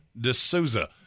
D'Souza